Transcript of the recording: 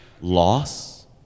Loss